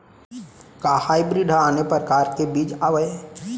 का हाइब्रिड हा आने परकार के बीज आवय?